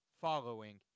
following